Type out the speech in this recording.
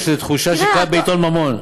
או שזו תחושה שקראת בעיתון "ממון"?